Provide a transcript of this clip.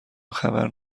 خبر